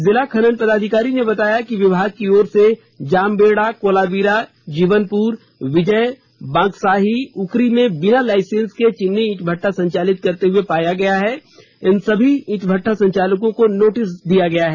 जिला खनन पदाधिकारी ने बताया कि विभाग की ओर से जामबेडा कोलाबिरा जीवनपुर विजय बांकसाही उकरी में बिना लाईसेंस के चिमनी ईट भट्टा संचालित करते हुए पाया गया उन सभी ईट भट्टा संचालकों को नोटिस किया गया है